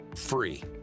Free